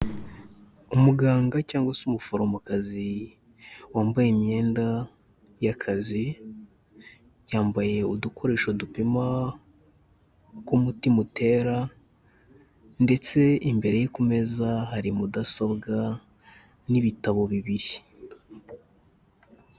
Umuganga cyangwa se umuforomokazi, wambaye imyenda y'akazi, yambaye udukoresho dupima uko umutima utera ndetse imbere ye ku meza hari mudasobwa n'ibitabo bibiri.